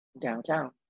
downtown